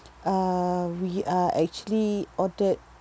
uh we uh actually ordered